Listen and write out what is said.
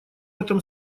этом